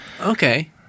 Okay